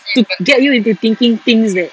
to get you into thinking things that